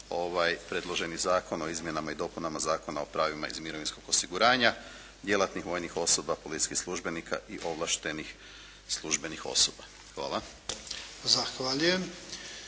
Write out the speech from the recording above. predloženi Zakon o izmjenama i dopunama Zakona o pravima iz mirovinskog osiguranja djelatnih vojnih osoba, policijskih službenika i ovlaštenih službenih osoba. Hvala. **Jarnjak,